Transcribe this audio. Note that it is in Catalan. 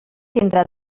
tindrà